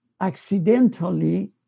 accidentally